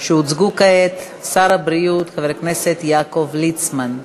שהוצגו כעת שר הבריאות יעקב ליצמן.